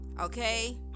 Okay